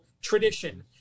tradition